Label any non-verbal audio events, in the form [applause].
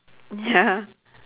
ya [laughs]